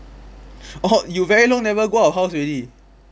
orh you very long never go out of house already